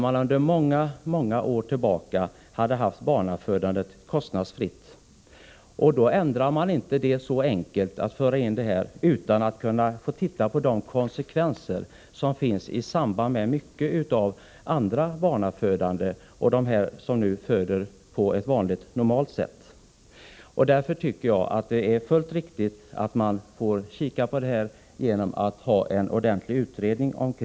Man hade sedan många år tillbaka tillämpat den principen att barnfödandet var kostnadsfritt. Detta ändrar man inte så enkelt utan att titta på de komplikationer som kan vara förenade med barnafödande och som kan få konsekvenser som inte förekommer i samband med vanliga normala förlossningar. Jag tycker att det är fullt riktigt att man närmare undersöker detta genom att göra en ordentlig utredning.